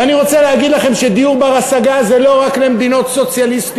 ואני רוצה להגיד לכם שדיור בר-השגה זה לא רק למדינות סוציאליסטיות,